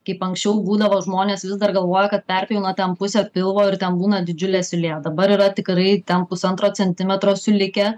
kaip anksčiau būdavo žmonės vis dar galvoja kad perpjauna ten pusę pilvo ir ten būna didžiulė siūlė dabar yra tikrai ten pusantro centimetro siūlikė